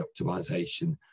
optimization